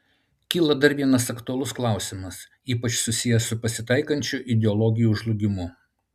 kyla dar vienas aktualus klausimas ypač susijęs su pasitaikančiu ideologijų žlugimu